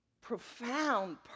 profound